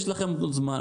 יש לכם זמן.